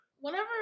Whenever